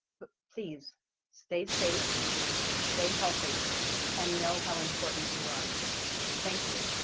but please stay safe stay healthy and know how important you are thank you.